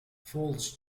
falls